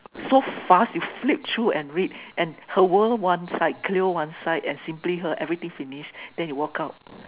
so fast you flip through and read and Her World one side Cleo one side and simply her everything finish then you walk out